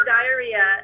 Diarrhea